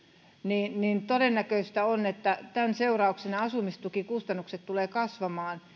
niin niin todennäköistä on että tämän seurauksena asumistukikustannukset tulevat kasvamaan